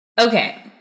Okay